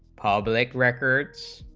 public records